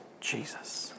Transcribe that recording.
Jesus